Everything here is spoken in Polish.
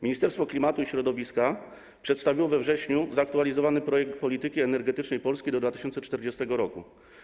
Ministerstwo Klimatu i Środowiska przedstawiło we wrześniu zaktualizowany projekt „Polityki energetycznej Polski do 2040 r.